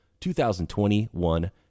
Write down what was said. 2021